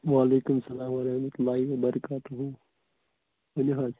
وعلیکُم السَلام وَرَحمَتُہ اللہِ وَبَرکاتُہوٗ ؤنِو حظ